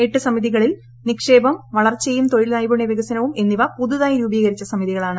എട്ട് സമിതികളിൽ നിക്ഷേപം വളർച്ചയും തൊഴിൽ നൈപുണ്യ വികസനവും എന്നിവ പുതുതായി രൂപീകരിച്ച സമിതികളാണ്